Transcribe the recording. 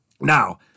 now